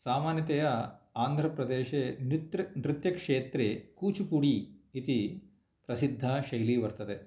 सामान्यतया आन्ध्रप्रदेशे नृतृ नृत्य क्षेत्रे कूचिपूडी इति प्रसिद्धा शैली वर्तते